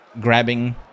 grabbing